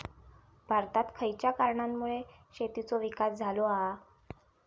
भारतात खयच्या कारणांमुळे शेतीचो विकास झालो हा?